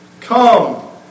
Come